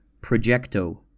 Projecto